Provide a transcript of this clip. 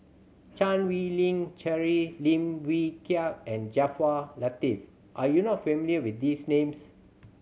Chan Wei Ling Cheryl Lim Wee Kiak and Jaafar Latiff are you not familiar with these names